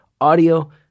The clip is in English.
audio